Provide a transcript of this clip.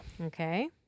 Okay